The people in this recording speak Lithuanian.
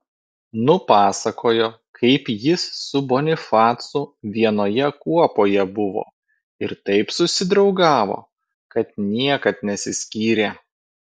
nupasakojo kaip jis su bonifacu vienoje kuopoje buvo ir taip susidraugavo kad niekad nesiskyrė